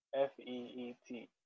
F-E-E-T